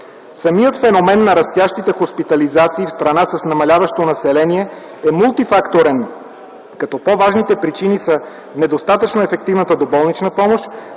Самият феномен на растящите хоспитализации в страна с намаляващо население е мултифакторен, като по-важните причини са: недостатъчно ефективната доболнична помощ,